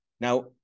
Now